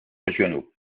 régionaux